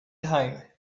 time